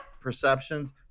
perceptions